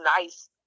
nice